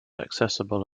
accessible